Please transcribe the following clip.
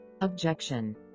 Objection